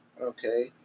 Okay